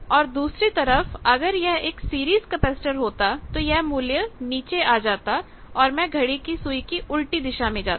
और दूसरी तरफ अगर यह एक सीरीज कैपेसिटर होता तो यह मूल्य नीचे आ जाता और मैं घड़ी की सुई की उलटी दिशा में जाता